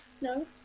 no